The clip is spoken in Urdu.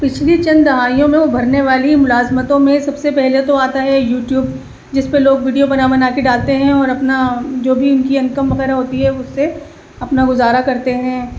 پچھلی چند دہائیوں میں ابھرنے والی ملازمتوں میں سب سے پہلے تو آتا ہے یوٹیوب جس پہ لوگ ویڈیو بنا بنا کے ڈالتے ہیں اور اپنا جو بھی ان کی انکم وغیرہ ہوتی ہے اس سے اپنا گزارا کرتے ہیں